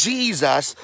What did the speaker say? Jesus